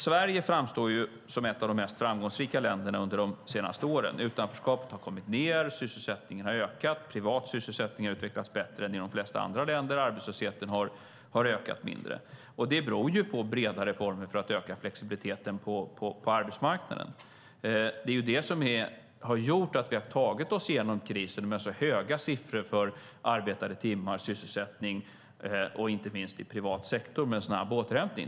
Sverige framstår som ett av de mest framgångsrika länderna under de senaste åren. Utanförskapet har minskat, sysselsättningen har ökat, privat sysselsättning har utvecklats bättre än i de flesta andra länder och arbetslösheten har ökat i mindre omfattning. Det beror på bredare former för att öka flexibiliteten på arbetsmarknaden. Det har gjort att vi har tagit oss igenom krisen med så höga siffror för arbetade timmar, sysselsättning och en snabb återhämtning inte minst i privat sektor.